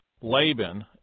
Laban